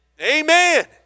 Amen